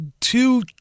two